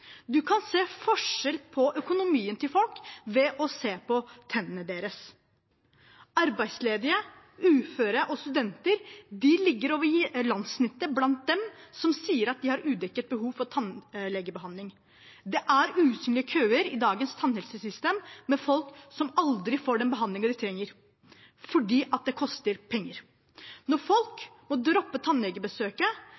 kan se forskjell på økonomien til folk ved å se på tennene deres. Arbeidsledige, uføre og studenter ligger over landssnittet blant dem som sier at de har et udekket behov for tannlegebehandling. Det er usynlige køer i dagens tannhelsesystem med folk som aldri får den behandlingen de trenger, fordi det koster penger. Når